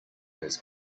his